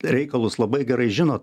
reikalus labai gerai žinot